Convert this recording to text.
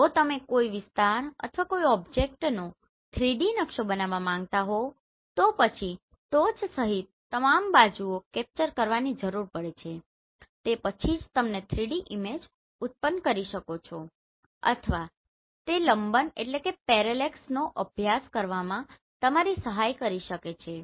તેથી જો તમે કોઈ વિસ્તાર અથવા કોઈ ઓબ્જેક્ટનો 3D નકશો બનાવવા માંગતા હોય તો પછી ટોચ સહિત તમામ બાજુઓ કેપ્ચર કરવાની જરૂર પડે છે તે પછી જ તમે 3D ઈમેજ ઉત્પન્ન કરી શકો અથવા તે લંબનનો અભ્યાસ કરવામાં તમારી સહાય કરી શકે છે